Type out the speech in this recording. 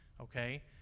okay